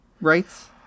rights